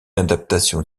adaptation